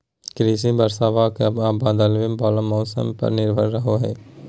कृषिया बरसाबा आ बदले वाला मौसम्मा पर निर्भर रहो हई